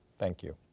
thank you.